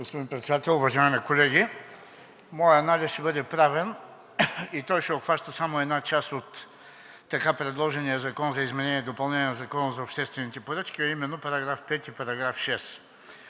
Господин Председател, уважаеми колеги! Моят анализ ще бъде правен и той ще обхваща само една част от така предложения Закон за изменение и допълнение на Закона за обществените поръчки, а именно § 5 и § 6.